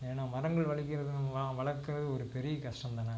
ஏன்னால் மரங்கள் வளிக்கிறது வ வளர்க்கறது ஒரு பெரிய கஷ்டம் தானே